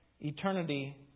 eternity